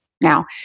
Now